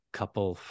couple